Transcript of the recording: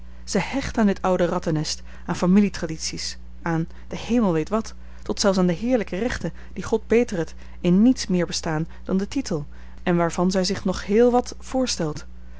zij hecht aan dit oude rattennest aan familie tradities aan de hemel weet wat tot zelfs aan de heerlijke rechten die god betere t in niets meer bestaan dan den titel en waarvan zij zich nog heel wat voorstelt